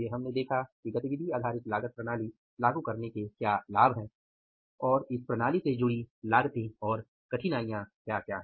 फिर हमने देखा कि एबीसी प्रणाली लागू करने के क्या लाभ हैं और इस प्रणाली से जुड़ी लागते और कठिनाइयाँ क्या हैं